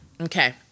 Okay